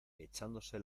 echándose